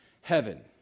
heaven